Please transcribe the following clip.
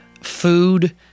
food